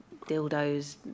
dildos